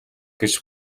гэж